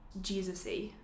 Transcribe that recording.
Jesus-y